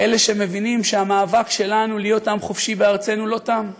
כאלה שמבינים שהמאבק שלנו להיות עם חופשי בארצנו לא תם.